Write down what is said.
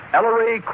Ellery